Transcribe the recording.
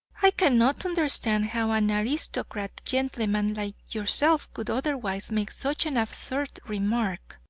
i cannot understand how an aristocratic gentleman like yourself would otherwise make such an absurd remark.